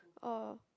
oh